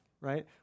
right